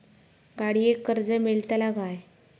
गाडयेक कर्ज मेलतला काय?